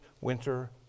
winter